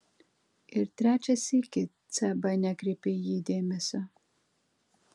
ir trečią sykį cb nekreipė į jį dėmesio